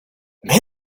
mais